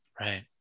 Right